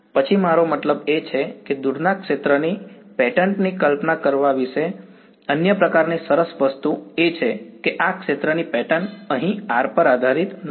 પછી મારો મતલબ એ છે કે દૂરના ક્ષેત્રની પેટર્નની કલ્પના કરવા વિશે અન્ય પ્રકારની સરસ વસ્તુ એ છે કે આ ક્ષેત્રની પેટર્નઅહીં r પર આધારિત નથી